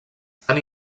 estan